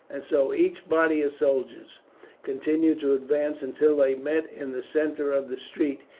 and so each body of soldiers continued to advance until they met in the centre of the street,